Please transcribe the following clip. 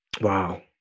wow